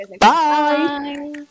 Bye